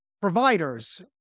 providers